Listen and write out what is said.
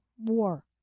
war